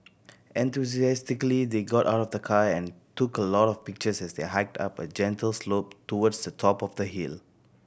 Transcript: enthusiastically they got out of the car and took a lot of pictures as they hiked up a gentle slope towards the top of the hill